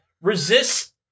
resist